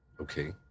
Okay